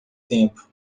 tempo